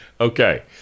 Okay